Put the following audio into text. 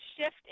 shift